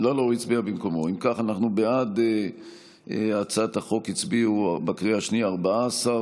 בעד הצעת החוק הצביעו בקריאה השנייה,